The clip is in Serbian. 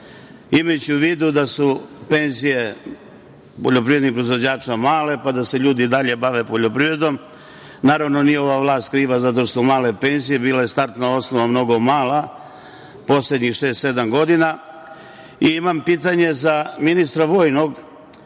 u vidu da su penzije poljoprivrednim proizvođačima male, pa da se ljudi i dalje bave poljoprivredom, naravno nije ova vlast kriva zato što su male penzije, bila je startna osnova mnogo mala poslednjih šest, sedam godina, imam pitanje za ministra vojnog